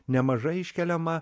nemažai iškeliama